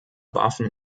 warfen